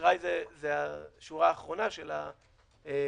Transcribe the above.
אשראי זה השורה האחרונה של הלוואות.